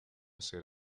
ser